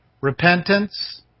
repentance